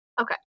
Okay